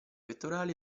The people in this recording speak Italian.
pettorali